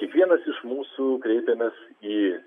kiekvienas iš mūsų kreipiamės į